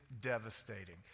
devastating